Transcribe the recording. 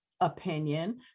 opinion